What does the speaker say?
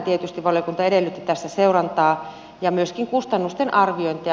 tietysti valiokunta edellytti tässä seurantaa ja myöskin kustannusten arviointia